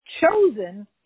chosen